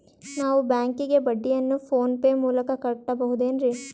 ನಾವು ಬ್ಯಾಂಕಿಗೆ ಬಡ್ಡಿಯನ್ನು ಫೋನ್ ಪೇ ಮೂಲಕ ಕಟ್ಟಬಹುದೇನ್ರಿ?